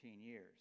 years